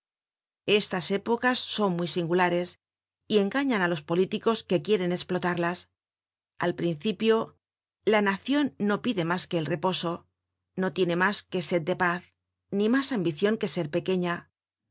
estas épocas son muy singulares y engañan á los políticos que quieren esplotarlas al principio la nacion no pide mas que el reposo no tiene mas que sed de paz ni mas ambicion que ser pequeña